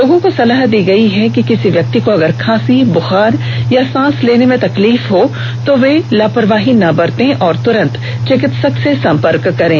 लोगों को सलाह दी गई है कि किसी व्यक्ति को अगर खांसी बुखार या सांस लेने में तकलीफ होती है तो वे लापरवाही ना बरतें और तुरन्त चिकित्सक से संपर्क करें